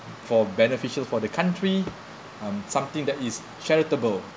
for beneficial for the country um something that is charitable